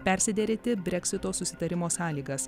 persiderėti breksito susitarimo sąlygas